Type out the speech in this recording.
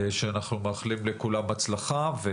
שאנחנו מאחלים לכולם בהצלחה.